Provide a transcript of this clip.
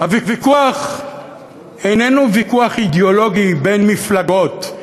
הוויכוח איננו ויכוח אידיאולוגי בין מפלגות,